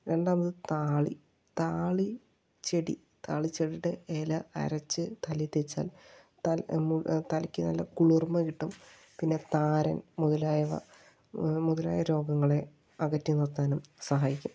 രണ്ടാമത് താളി താളി ചെടി താളിച്ചെടിയുടെ ഇല അരച്ച് തലയിൽ തേച്ചാൽ തലയ്ക്ക് നല്ല കുളിർമ്മ കിട്ടും പിന്നെ താരൻ മുതലായവ മുതലായ രോഗങ്ങളെ അകറ്റി നിർത്താനും സഹായിക്കും